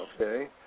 Okay